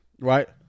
Right